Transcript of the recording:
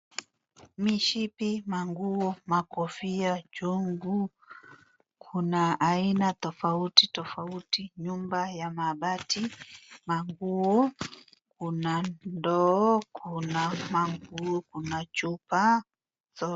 Mishipi, manguo, makofia, chungu kuna aina tofauti tofauti. Nyumba ya mabati, manguo kuna ndoo, kuna manguo, kuna chupa.